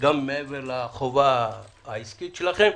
גם מעבר לחובה העסקית שלכם,